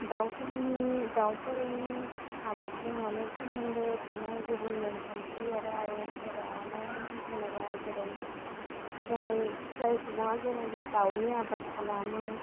दाउफोरनि दाउफोरनि आबादजों माने सोमोन्दो थानाय गुबुन नेमखान्थि आरो आयेनफोरानो जेनेबा जेरै जाय जाय सुुबुङा जेनेबा दाउनि आबाद खालामो